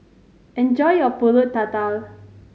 enjoy your Pulut Tatal